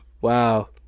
wow